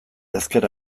ezker